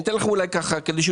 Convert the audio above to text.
אתן כדי שנבין